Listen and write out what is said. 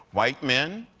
white men,